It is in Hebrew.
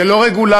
זה לא רגולציה,